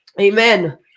Amen